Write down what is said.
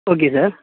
okay sir